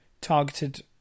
targeted